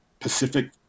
Pacific